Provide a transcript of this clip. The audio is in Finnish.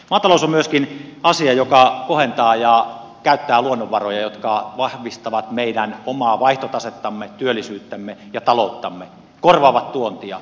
maatalous on myöskin asia joka kohentaa ja käyttää luonnonvaroja jotka vahvistavat meidän omaa vaihtotasettamme työllisyyttämme ja talouttamme korvaavat tuontia